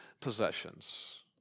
possessions